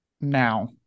now